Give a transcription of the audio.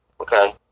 okay